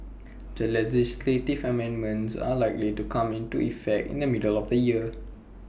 the legislative amendments are likely to come into effect in the middle of the year